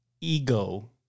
ego